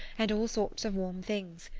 and all sorts of warm things.